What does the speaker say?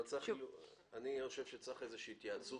אני חושב שצריכה להיות איזושהי התייעצות.